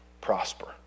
prosper